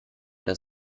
des